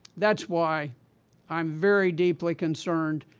that's why i'm very deeply concerned,